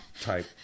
type